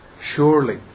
Surely